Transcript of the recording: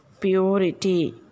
purity